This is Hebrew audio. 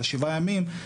על שבעה ימים,